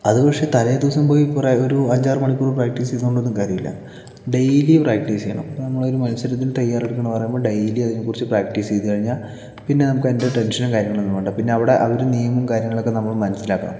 അത് പക്ഷേ തലേദിവസം പോയി കുറേ ഒരു അഞ്ചാറ് മണിക്കൂര് പ്രാക്ടീസ് ചെയ്തതുകൊണ്ടൊന്നും കാര്യം ഇല്ല ഡെയിലി പ്രാക്ടീസ് ചെയ്യണം ഇപ്പോൾ നമ്മൾ ഒരു മത്സരത്തിനു തയ്യാറെടുക്കുന്നു എന്ന് പറയുമ്പോൾ നമ്മൾ ഡെയിലി അതിനെ കുറിച്ച് പ്രാക്ടീസ് ചെയ്തു കഴിഞ്ഞാൽ പിന്നെ നമുക്കതിന്റെ ടെന്ഷനും കാര്യങ്ങളും ഒന്നും വേണ്ട പിന്നെ അവിടെ അവര് നിയമവും കാര്യങ്ങളും ഒക്കെ നമ്മൾ മനസിലാക്കണം